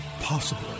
possible